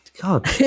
God